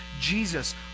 Jesus